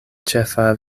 ĉefa